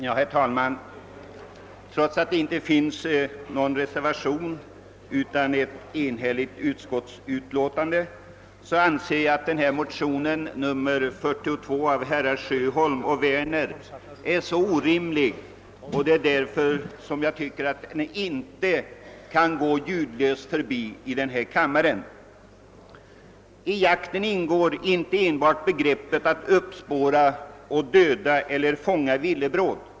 Herr talman! Trots att det inte finns någon reservation utan ett enhälligt utskottsutlåtande, anser jag att denna motion nr 42 av herrar Sjöholm och Werner är så orimlig att den inte kan gå ljudlöst förbi i denna kammare. I jakten ingår inte enbart att spåra upp och döda eller fånga villebråd.